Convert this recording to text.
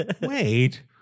Wait